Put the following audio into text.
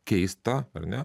keista ar ne